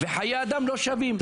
וחיי האדם לא שווים.